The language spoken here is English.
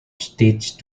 stage